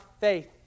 faith